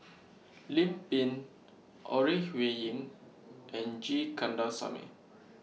Lim Pin Ore Huiying and G Kandasamy